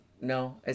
No